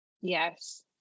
Yes